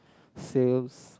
sales